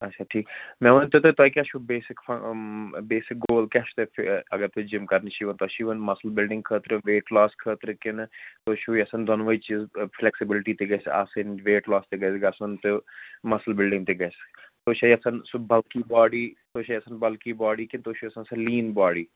اَچھا ٹھیٖک مےٚ ؤنۍتو تُہۍ تۄہہِ کیٛاہ چھُو بیسِک بیسِک گول کیٛاہ چھُ تۄہہِ اگر تُہۍ جِم کَرنہِ چھِ یِوان تۄہہِ چھُ یِوان مَسلہٕ بِلڈِنٛگ خٲطرٕ ویٹ لاس خٲطرٕ کِنہٕ تُہۍ چھُو یژھان دۄنوَے چیٖز فِلیٚکزِبِلٹی تہِ گژھِ آسٕنۍ ویٹ لاس تہِ گژھِ گژھُن تہٕ مَسل بِلڈِنٛگ تہِ گژھِ تۄہہِ چھا یَژھان سُہ بلکی باڈی تۄہہِ چھا یژھان بلکی باڈی کِنہٕ تۄہہِ چھُو یژھان سۄ لیٖن باڈی